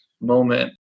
moment